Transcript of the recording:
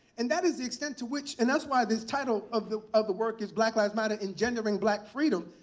and that is the extent to which and that's why this title of the of the work is black lives matter engendering black freedom.